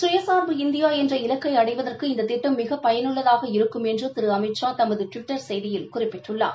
சுயசார்பு இந்தியா என்ற இலக்கை அடைவதற்கு இந்த திட்டம் மிக பயனள்ளதாக இருக்கும் என்று திரு அமித்ஷா தமது டுவிட்டர் செய்தியில் குறிப்பிட்டுள்ளார்